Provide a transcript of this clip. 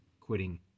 quitting